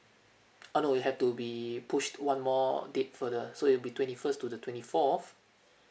uh no it had to be pushed one more date further so it'll be twenty first to the twenty fourth